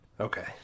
Okay